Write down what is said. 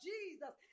Jesus